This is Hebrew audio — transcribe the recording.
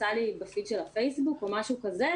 קפצה לי בדף של הפייסבוק או משהו כזה,